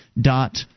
dot